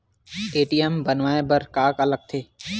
ATM बनवाय बर का का लगथे?